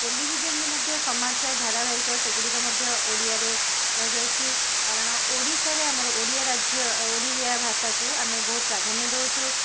ଟେଲିଭିଜନ୍ରେ ମଧ୍ୟ ସମାଚାର ଧାରାବାହିକ ସେଗୁଡ଼ିକ ମଧ୍ୟ ଓଡ଼ିଆରେ କୁହାଯାଉଛି କାରଣ ଓଡ଼ିଶାରେ ଆମର ଓଡ଼ିଆ ରାଜ୍ୟ ଓଡ଼ିଆ ଭାଷାକୁ ଆମେ ବହୁତ ପ୍ରାଧାନ୍ୟ ଦେଉଛୁ